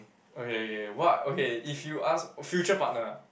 okay okay what okay if you ask future partner ah